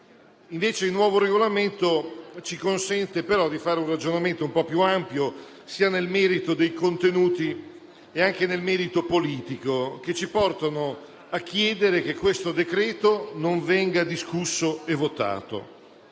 il nuovo Regolamento ci consente di fare un ragionamento un po' più ampio, nel merito dei contenuti e anche nel merito politico, che ci portano a chiedere che il decreto-legge non venga discusso e votato.